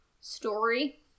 story